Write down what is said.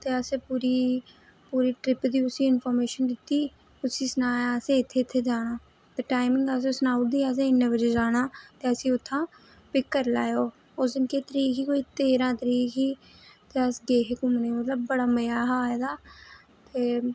ते असें पूरी पूरी ट्रिप दी उसी इनफार्मेशन दित्ती उसी सनाया असें इत्थै इत्थै जाना ते टाइम होंदे ई उसी सनाई ओड़े दा हा असें इन्ने बजे जाना ऐ ते असें ई उत्थूं दा पिक करी लैएओ उस दिन केह् तरीक ही कोई तेरां तरीक ही ते अस गे हे घूमने ई मतलब बड़ा मजा आया हा एह्दा ते